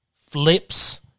flips